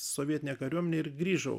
sovietinę kariuomenę ir grįžau